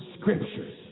scriptures